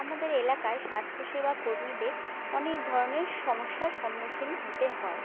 আমাদের এলাকায় স্বাস্থ্য সেবা কর্মীদের অনেক ধরণের সমস্যার সম্মুখীন হতে হয়